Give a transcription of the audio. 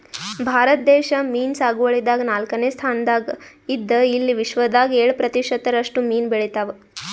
ಭಾರತ ದೇಶ್ ಮೀನ್ ಸಾಗುವಳಿದಾಗ್ ನಾಲ್ಕನೇ ಸ್ತಾನ್ದಾಗ್ ಇದ್ದ್ ಇಲ್ಲಿ ವಿಶ್ವದಾಗ್ ಏಳ್ ಪ್ರತಿಷತ್ ರಷ್ಟು ಮೀನ್ ಬೆಳಿತಾವ್